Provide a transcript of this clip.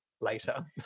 later